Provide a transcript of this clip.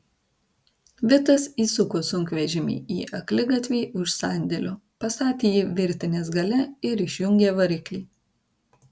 vitas įsuko sunkvežimį į akligatvį už sandėlio pastatė jį virtinės gale ir išjungė variklį